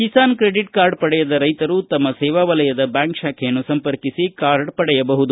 Kisan credit card ಪಡೆಯದ ರೈತರು ತಮ್ಮ ಸೇವಾವಲಯದ ಬ್ಯಾಂಕ್ ಶಾಖೆಯನ್ನು ಸಂಪರ್ಕಿಸಿ ಕಾರ್ಡ ಪಡೆಯಬಹುದು